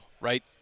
right